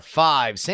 five